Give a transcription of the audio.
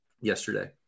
yesterday